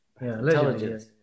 intelligence